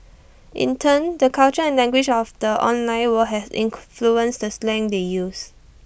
in turn the culture and language of the online world has in fluency the slang they use